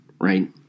right